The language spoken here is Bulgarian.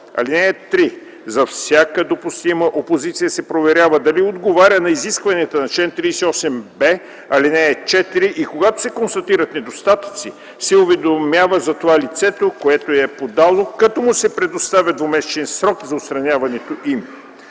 (3) За всяка допустима опозиция се проверява дали отговаря на изискванията на чл. 38б, ал. 4 и когато се констатират недостатъци, се уведомява за това лицето, което я е подало, като му се предоставя двумесечен срок за отстраняването им.